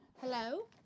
Hello